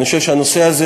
אני חושב שהנושא הזה,